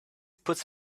puts